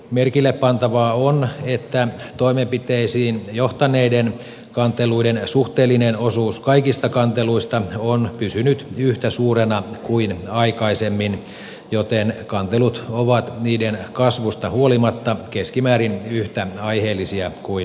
merkille pantavaa on että toimenpiteisiin johtaneiden kanteluiden suhteellinen osuus kaikista kanteluista on pysynyt yhtä suurena kuin aikaisemmin joten kantelut ovat niiden määrän kasvusta huolimatta keskimäärin yhtä aiheellisia kuin aikaisemminkin